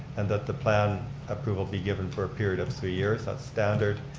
and that the plan approval be given for a period of three years, that's standard,